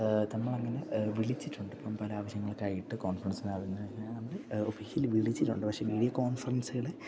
നമ്മളെയങ്ങനെ വിളിച്ചിട്ടുണ്ട് ഇപ്പം പല ആവശ്യങ്ങൾക്കായിട്ട് കോൺഫറൻസ് ഹാളില് നിന്ന് ഓഫീഷ്യലി വിളിച്ചിട്ടുണ്ട് പക്ഷേ വീഡിയോ കോൺഫറൻസുകള്